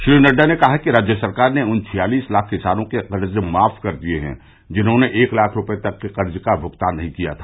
श्री नड्डा ने कहा कि राज्य सरकार ने उन छियालिस लाख किसानों के कर्ज माफ कर दिये हैं जिन्होंने एक लाख रूपये तक के कर्ज़ का भुगतान नहीं किया था